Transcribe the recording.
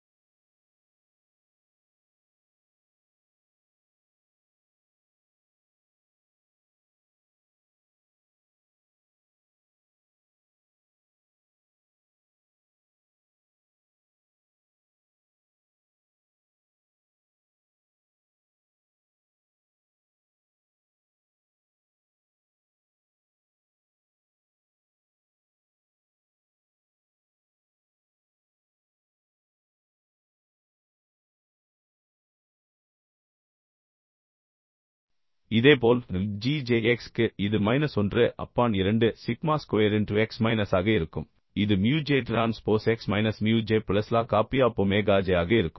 இதேபோல் g j x க்கு இது minus 1 upon 2 sigma square into x minus ஆக இருக்கும் இது mu j transpose X minus mu j plus log of P of omega j ஆக இருக்கும்